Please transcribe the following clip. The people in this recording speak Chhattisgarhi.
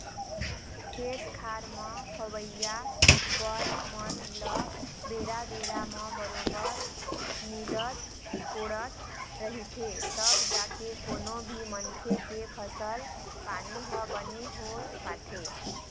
खेत खार म होवइया बन मन ल बेरा बेरा म बरोबर निंदत कोड़त रहिथे तब जाके कोनो भी मनखे के फसल पानी ह बने हो पाथे